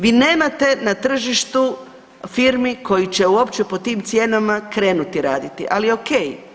Vi nemate na tržištu firmi koje će uopće po tim cijenama krenuti raditi, ali okej.